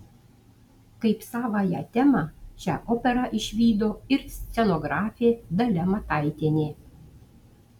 kaip savąją temą šią operą išvydo ir scenografė dalia mataitienė